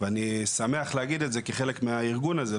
אני שמח להגיד את זה כחלק מהארגון הזה,